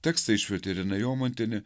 tekstą išvertė irena jomantienė